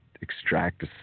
extract